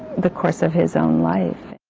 the course of his own life.